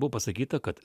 buvo pasakyta kad